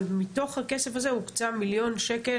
אבל מתוך הכסף הזה הוקצה מיליון שקל